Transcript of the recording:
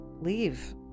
leave